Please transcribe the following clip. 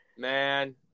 Man